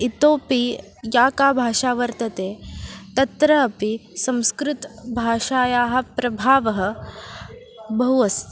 इतोऽपि या का भाषा वर्तते तत्र अपि संस्कृतभाषायाः प्रभावः बहु अस्ति